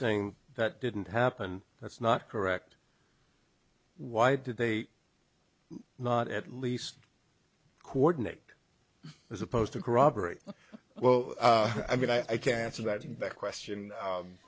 saying that didn't happen that's not correct why did they not at least coordinate as opposed to corroborate well i mean i can answer that question